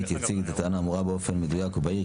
יציג את הטענה האמורה באופן מדויק ובהיר,